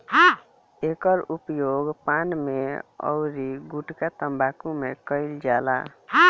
एकर उपयोग पान में अउरी गुठका तम्बाकू में कईल जाला